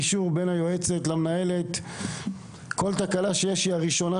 בשיחות גישור בין היועצת למנהלת בית הספר,